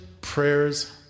prayers